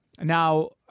Now